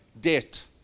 debt